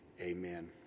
amen